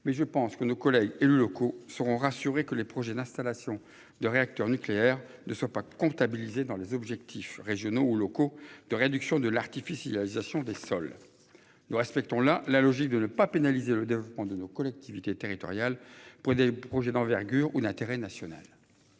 Mais je pense que nos collègues élus locaux seront rassurés que les projets d'installations de réacteurs nucléaires ne sont pas comptabilisés dans les objectifs régionaux ou locaux de réduction de l'artificialisation des sols. Nous respectons la la logique de ne pas pénaliser le développement de nos collectivités territoriales pour des projets d'envergure ou l'intérêt national.